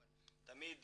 אבל תמיד